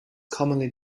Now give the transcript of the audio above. commonly